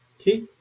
Okay